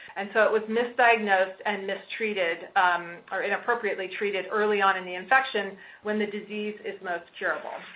and so, it was misdiagnosed and mistreated or inappropriately treated early on in the infection when the disease is most curable.